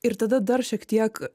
ir tada dar šiek tiek